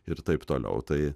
ir taip toliau tai